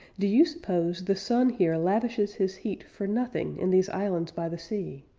do you suppose the sun here lavishes his heat for nothing, in these islands by the sea?